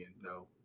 No